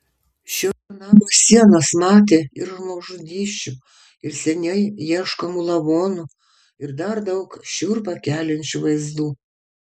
šio namo sienos matė ir žmogžudysčių ir seniai ieškomų lavonų ir dar daug šiurpą keliančių vaizdų